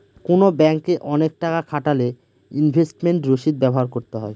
কোনো ব্যাঙ্কে অনেক টাকা খাটালে ইনভেস্টমেন্ট রসিদ ব্যবহার করতে হয়